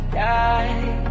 die